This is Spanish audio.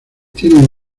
tienen